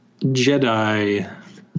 Jedi